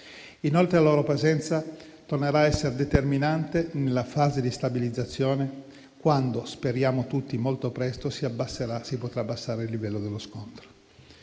Inoltre, la loro presenza tornerà ad essere determinante nella fase di stabilizzazione, quando - speriamo tutti molto presto - si potrà abbassare il livello dello scontro.